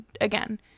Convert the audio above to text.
again